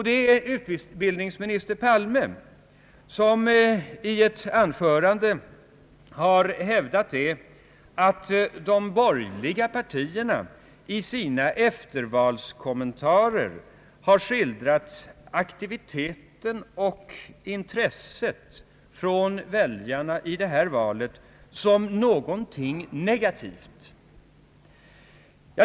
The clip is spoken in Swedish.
Det är utbildningsminister Palme, som i ett anförande har hävdat att de borgerliga partierna i sina eftervalskommentarer har skildrat aktiviteten och intresset från väljarna i detta val som någonting negativt.